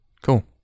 Cool